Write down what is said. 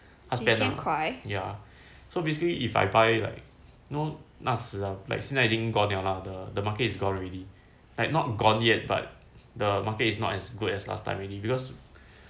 spend ya so basically if I buy like know 那时啊 like 现在已经 gone liao lah the the market is gone already like not gone yet but the market is not as good as last time already because